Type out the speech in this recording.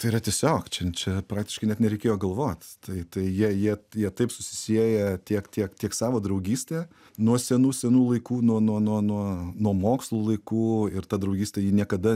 tai yra tiesiog čia čia praktiškai net nereikėjo galvot tai tai jie jie jie taip susisieja tiek tiek tiek savo draugyste nuo senų senų laikų nuo nuo nuo nuo nuo mokslų laikų ir ta draugystė ji niekada